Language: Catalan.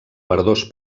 verdós